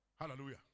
Hallelujah